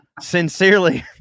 Sincerely